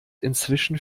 inzwischen